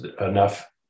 enough